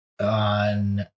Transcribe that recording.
on